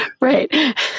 right